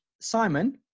Simon